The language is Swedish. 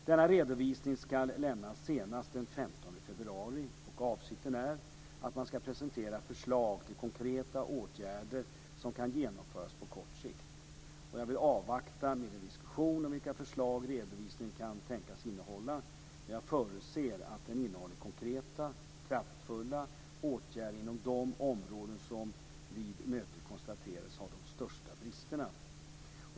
Denna redovisning ska lämnas senast den 15 februari, och avsikten är att man ska presentera förslag till konkreta åtgärder som kan genomföras på kort sikt. Jag vill avvakta med en diskussion om vilka förslag redovisningen kan tänkas innehålla, men jag förutsätter att den innehåller konkreta, kraftfulla åtgärder inom de områden som vid mötet konstaterades ha de största bristerna.